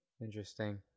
interesting